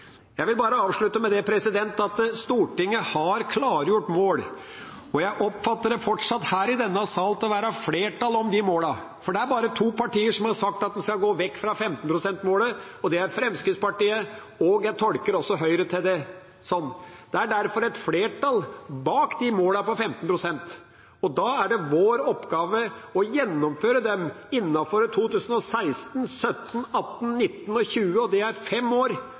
Jeg vil bare avslutte med at Stortinget har klargjort mål. Jeg oppfatter at det i denne sal fortsatt er flertall for de målene, for det er bare to partier som har sagt at de vil gå vekk fra 15 pst.-målet. Det er Fremskrittspartiet og – slik jeg tolker det – Høyre. Det er derfor et flertall bak målene om 15 pst. Da er det vår oppgave å gjennomføre dem innenfor 2016, 2017, 2018, 2019 og 2020. Det er fem år.